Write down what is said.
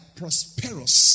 prosperous